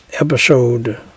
Episode